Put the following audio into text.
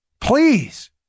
Please